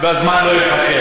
נכון,